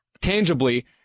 Tangibly